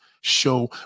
show